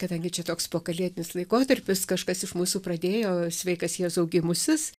kadangi čia toks pokalėdinis laikotarpis kažkas iš mūsų pradėjo sveikas jėzau gimusis